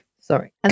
Sorry